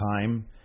time